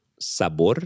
sabor